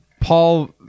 Paul